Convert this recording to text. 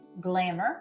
Glamour